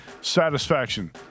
satisfaction